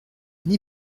n’y